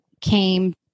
came